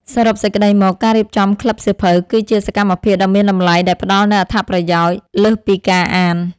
សរុបសេចក្ដីមក ការរៀបចំក្លឹបសៀវភៅគឺជាសកម្មភាពដ៏មានតម្លៃដែលផ្តល់នូវអត្ថប្រយោជន៍លើសពីការអាន។